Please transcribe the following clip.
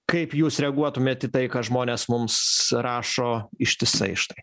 kaip jūs reaguotumėt į tai ką žmonės mums rašo ištisai štai